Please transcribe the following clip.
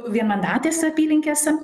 vienmandatės apylinkėse